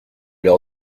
leur